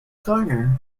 garner